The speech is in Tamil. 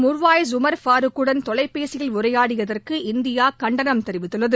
மிர்வாய்ஸ் உமர் பாரூக் வுடன் தொலைபேசியில் உரையாடியதற்கு இந்தியா கண்டனம் தெரிவித்துள்ளது